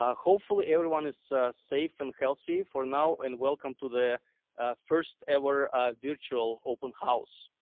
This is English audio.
ah hopefully everyone is safe and healthy for now and welcome to the first ever virtual open house.